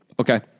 Okay